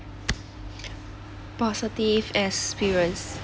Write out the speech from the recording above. positive experience